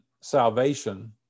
salvation